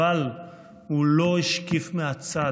אבל הוא לא השקיף מהצד.